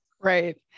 Right